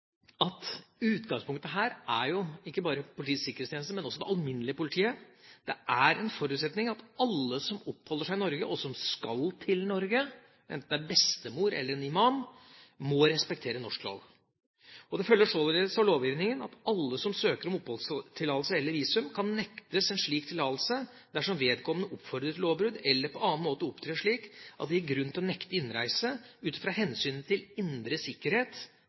at utgangspunktet her, også for det alminnelige politiet, er at det er en forutsetning at alle som oppholder seg i Norge, og som skal til Norge – enten det er bestemor eller det er en imam – må respektere norsk lov. Det følger således av utlendingsloven § 17 at alle som søker om oppholdstillatelse eller visum «kan nektes slik tillatelse dersom vedkommende oppfordrer til lovbrudd eller på annen måte opptrer slik at det gir grunn til å nekte innreise ut fra hensynet til indre sikkerhet,